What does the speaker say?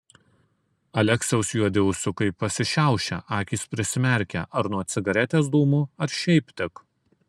aleksiaus juodi ūsiukai pasišiaušia akys prisimerkia ar nuo cigaretės dūmų ar šiaip tik